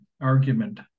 argument